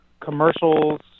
commercials